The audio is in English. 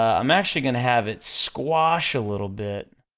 ah i'm actually gonna have it squash a little bit.